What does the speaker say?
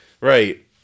Right